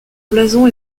blason